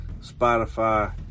Spotify